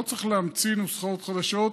לא צריך להמציא נוסחאות חדשות,